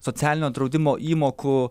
socialinio draudimo įmokų